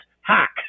hack